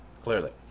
clearly